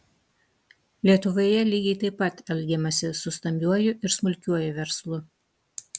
lietuvoje lygiai taip pat elgiamasi su stambiuoju ir smulkiuoju verslu